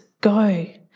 Go